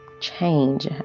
Change